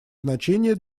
значение